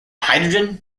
hydrogen